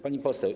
Pani Poseł!